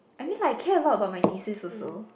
I mean like I care a lot about my thesis also